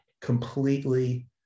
Completely